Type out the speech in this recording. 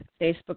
Facebook